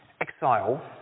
exile